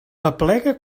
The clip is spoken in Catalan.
aplega